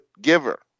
giver